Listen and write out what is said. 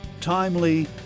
timely